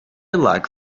like